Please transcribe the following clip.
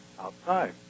outside